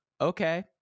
okay